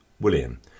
William